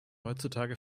heutzutage